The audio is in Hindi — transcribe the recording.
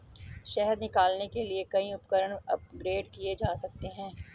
शहद निकालने के लिए कई उपकरण अपग्रेड किए जा सकते हैं